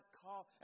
call